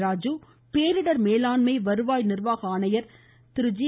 ராஜு பேரிடர் மேலாண்மை வருவாய் நிர்வாக ஆணையர் ஜே